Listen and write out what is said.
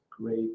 great